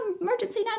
emergency